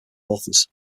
authors